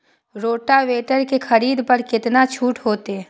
Rotavator के खरीद पर केतना छूट होते?